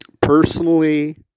personally